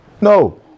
No